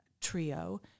trio